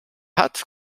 hat